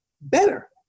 better